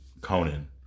Conan